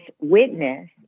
witness